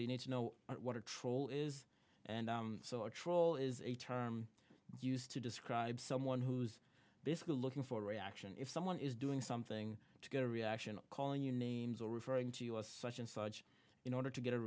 they need to know what a troll is and so a troll is a term used to describe someone who's basically looking for reaction if someone is doing something to get a reaction calling you names or referring to you as such and such in order to get a